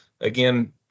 again